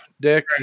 dick